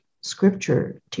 scripture